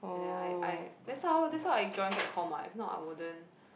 and then I I that's how that's how I join comm what if not I wouldn't